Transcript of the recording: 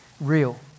real